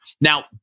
Now